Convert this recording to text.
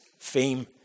fame